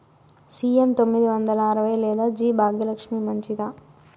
CM తొమ్మిది వందల అరవై లేదా జి భాగ్యలక్ష్మి మంచిదా?